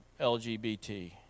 LGBT